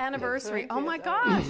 anniversary oh my god